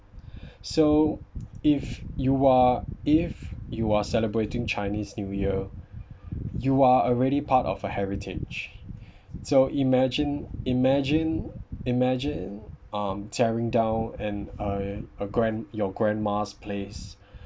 so if you are if you are celebrating chinese new year you are already part of a heritage so imagine imagine imagine um tearing down and uh a grand~ your grandma's place